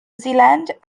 zealand